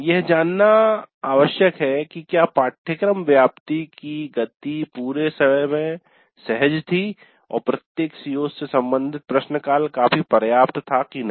यह जानना आवश्यक है कि क्या पाठ्यक्रम व्याप्ति की गति पूरे समय सहज थी और प्रत्येक सीओ CO's से सम्बंधित प्रश्न काल काफी पर्याप्त था की नहीं